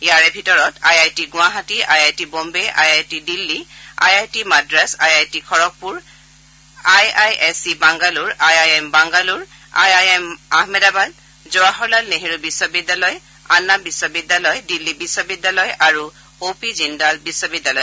ইয়াৰে ভিতৰত আছে I I T Guwahati I I T Bombay I I T Delhi I I T Madras I IT Kharagpur I I S C Bangalore I I M Bangalore I I M Ahmedabad Jawaharlal Nehru বিখ্ববিদ্যালয় আন্না বিখ্ববিদ্যালয় দিল্লী বিখ্ববিদ্যালয় আৰু O P Jindal বিশ্ববিদ্যালয়